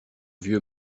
vieux